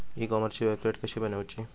E कॉमर्सची website कशी बनवची?